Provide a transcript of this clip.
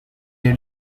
est